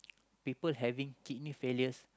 people having kidney failures